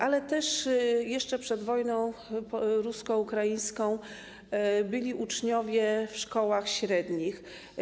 Ale też jeszcze przed wojną rusko-ukraińską byli uczniowie w szkołach średnich.